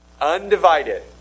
Undivided